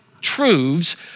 truths